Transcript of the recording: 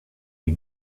die